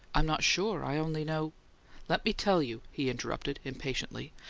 i'm not sure. i only know let me tell you, he interrupted, impatiently.